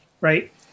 right